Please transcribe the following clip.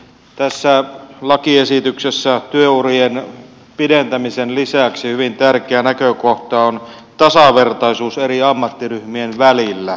tässä lakiesityksessä työurien pidentämisen lisäksi hyvin tärkeä näkökohta on tasavertaisuus eri ammattiryhmien välillä